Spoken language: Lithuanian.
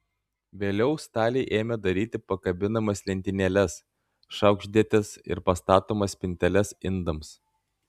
vėliau staliai ėmė daryti pakabinamas lentynėles šaukštdėtes ir pastatomas spinteles indams